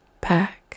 back